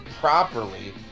properly